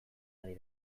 ari